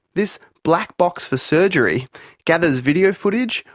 this black box for surgery gathers video footage,